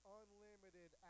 unlimited